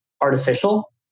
artificial